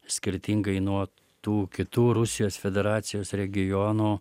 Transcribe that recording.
skirtingai nuo tų kitų rusijos federacijos regionų